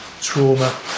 trauma